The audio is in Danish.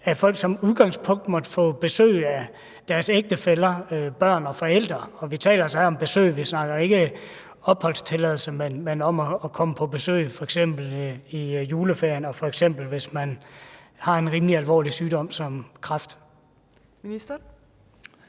at folk som udgangspunkt måtte få besøg af deres ægtefæller, børn og forældre. Vi taler altså her om besøg; vi taler ikke om opholdstilladelser, men om at komme på besøg f.eks. i juleferien, og f.eks. hvis man har en rimelig alvorlig sygdom som kræft. Kl.